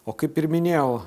o kaip ir minėjau